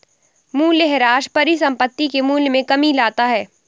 मूलयह्रास परिसंपत्ति के मूल्य में कमी लाता है